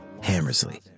Hammersley